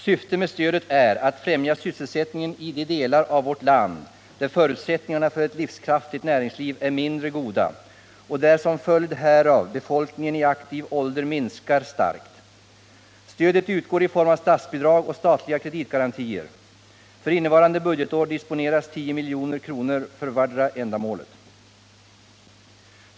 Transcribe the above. Syftet med stödet är att främja sysselsättningen i de delar av vårt land där förutsättningarna för ett livskraftigt näringsliv är mindre goda och där som följd härav befolkningen i aktiv ålder minskar starkt. Stödet utgår i form av statsbidrag och statliga kreditgarantier. För innevarande budgetår disponeras 10 milj.kr. för vartdera ändamålet.